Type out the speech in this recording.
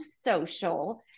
social